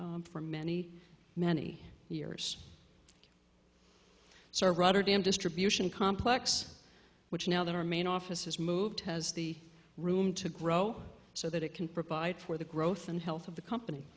for many many years serve rotterdam distribution complex which now that our main office has moved has the room to grow so that it can provide for the growth and health of the company